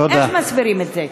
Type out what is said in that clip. איך מסבירים את זה?